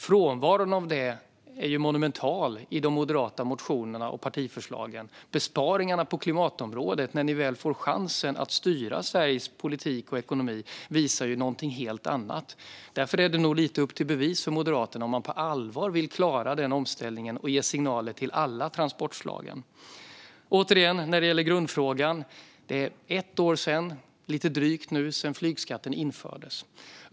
Frånvaron av detta är monumental i de moderata motionerna och partiförslagen. Besparingarna på klimatområdet visar någonting helt annat när ni väl får chansen att styra Sveriges politik och ekonomi. Därför är det nog lite upp till bevis för Moderaterna om de på allvar vill klara omställningen och ge signaler till alla transportslag. Jag återgår till grundfrågan. Det är nu lite drygt ett år sedan flygskatten infördes.